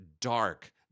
dark